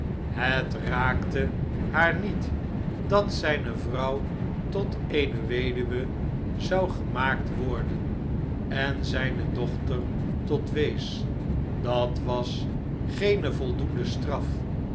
het raakte haar niet dat zjjne vrouw tot eene weduwe zou gemaakt worden en zflne dochter tot eene wees dat was geene voldoende straf